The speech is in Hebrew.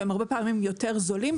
שהם הרבה פעמים יותר זולים,